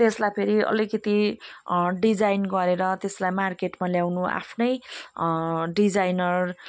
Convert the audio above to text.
त्यसलाई फेरि अलिकति डिजाइन गरेर त्यसलाई मार्केटमा ल्याउनु आफ्नै डिजाइनर